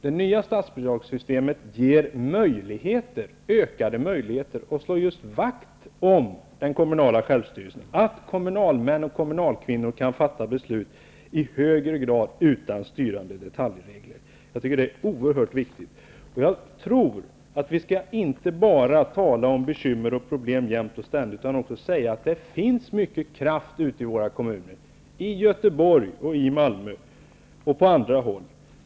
Det nya statsbidragssystemet ger ökade möjligheter och slår vakt om just den kommunala självstyrelsen. Kommunalmän och kommunalkvinnor kan i högre grad fatta beslut utan styrande detaljregler. Jag tycker att detta är oerhört viktigt. Jag tror inte att vi bara skall tala om bekymmer och problem jämt och ständigt, utan vi skall nog också säga att det finns mycken kraft ute i kommunerna. Jag tänker då på bl.a. Göteborg och Malmö.